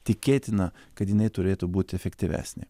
tikėtina kad jinai turėtų būt efektyvesnė